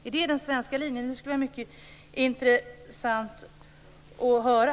Är det den svenska linjen? Det skulle vara mycket intressant att höra.